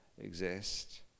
exist